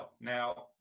Now